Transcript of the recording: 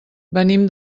venim